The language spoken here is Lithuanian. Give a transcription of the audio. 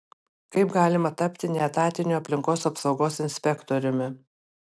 kaip galima tapti neetatiniu aplinkos apsaugos inspektoriumi